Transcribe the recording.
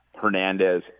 Hernandez